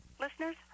listeners